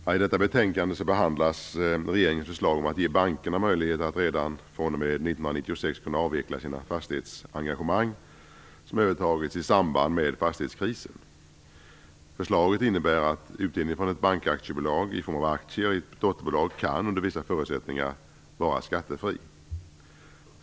Herr talman! I detta betänkande behandlas regeringens förslag att ge bankerna möjlighet att redan från 1996 kunna avveckla de fastighetsengagemang som har övertagits i samband med fastighetskrisen. Förslaget innebär att utdelningen från ett bankaktiebolag i form av aktier i ett dotterbolag under vissa förutsättningar kan vara skattefri.